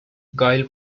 gail